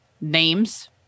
Names